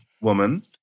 woman